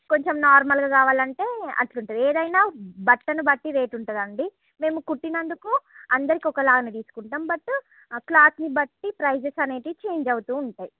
కొంచం నార్మల్ గా కావాలంటే అట్లుంటది ఏదైన బట్టని బట్టి రేట్ ఉంటుందండి మేము కుట్టినందుకు అందరికి ఒక లాగానే తీసుకుంటాం బట్ క్లాత్ ని బట్టి ప్రైసెస్ అనేటివి చేంజ్ అవుతూ ఉంటాయి